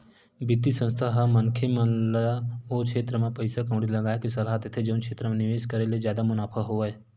बित्तीय संस्था ह मनखे मन ल ओ छेत्र म पइसा कउड़ी लगाय के सलाह देथे जउन क्षेत्र म निवेस करे ले जादा मुनाफा होवय